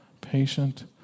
patient